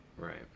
right